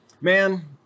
man